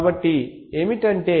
కాబట్టి ఏమిటంటే